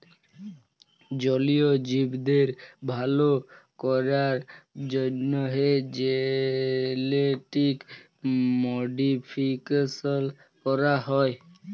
জলীয় জীবদের ভাল ক্যরার জ্যনহে জেলেটিক মডিফিকেশাল ক্যরা হয়